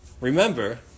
Remember